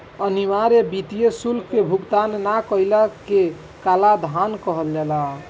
अनिवार्य वित्तीय शुल्क के भुगतान ना कईला के कालाधान कहल जाला